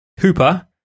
Hooper